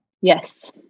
Yes